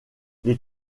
les